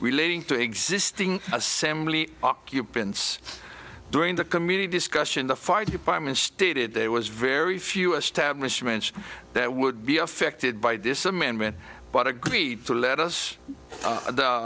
relating to existing assembly occupants during the community discussion the fire department stated there was very few establishments that would be affected by this amendment but agreed to let us